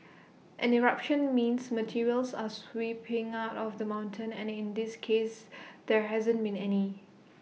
an eruption means materials are spewing out of the mountain and in this case there hasn't been any